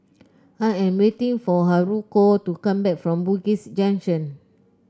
I am waiting for Haruko to come back from Bugis Junction